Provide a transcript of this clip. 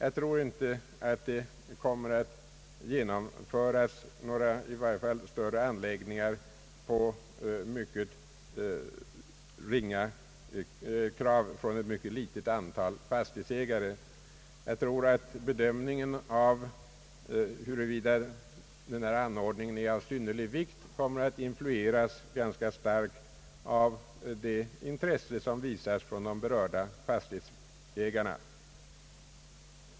Det kommer troligen inte att genomföras några större anläggningar på krav från en mindre del av de berörda fastighetsägarna. Jag tror att bedömningen av huruvida den anläggningen är av synnerlig vikt kommer att influeras ganska starkt av det intresse som visas från de berörda fastighetsägarna.